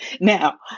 Now